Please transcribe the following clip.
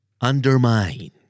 Undermine